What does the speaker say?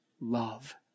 love